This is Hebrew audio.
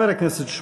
חבר הכנסת שמולי,